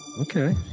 Okay